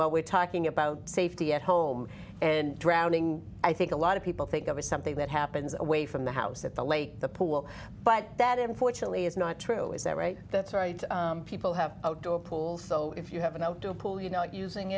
well we're talking about safety at home and drowning i think a lot of people think of as something that happens away from the house at the lake the pool but that unfortunately is not true is that right that's right people have outdoor pools so if you have an outdoor pool you know using